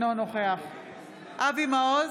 אינו נוכח אבי מעוז,